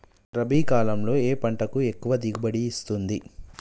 రబీ కాలంలో ఏ పంట ఎక్కువ దిగుబడి ఇస్తుంది?